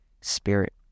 Spirit